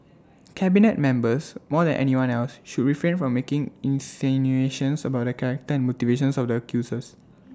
cabinet members more than anyone else should refrain from making insinuations about the character and motivations of the accusers